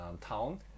town